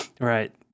Right